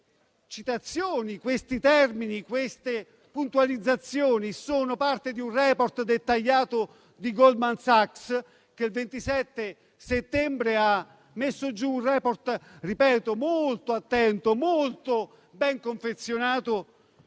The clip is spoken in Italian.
queste puntualizzazioni sono parte di un *report* dettagliato di Goldman Sachs, che il 27 settembre l'ha messo giù in maniera molto attenta e molto ben confezionata,